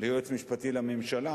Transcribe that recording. ליועץ המשפטי לממשלה.